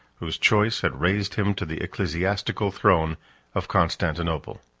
whose choice had raised him to the ecclesiastical throne of constantinople.